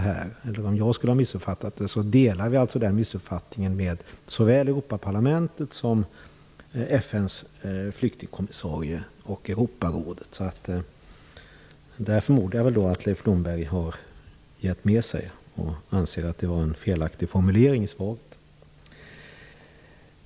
Om Gudrun Schyman och jag har missuppfattat det, delar vi alltså den missuppfattningen med såväl Europaparlamentet som FN:s flyktingkommissarie samt Europarådet. Där förmodar jag att Leif Blomberg har gett med sig och anser att det var en felaktig formulering.